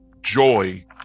joy